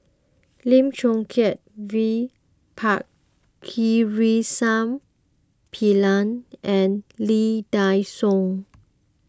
Lim Chong Keat V Pakirisamy Pillai and Lee Dai Soh